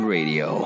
Radio